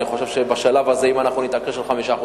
חושב שבשלב הזה אם אנחנו נתעקש על 5%,